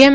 એમ